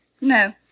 No